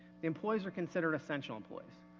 employees are considers essential employees.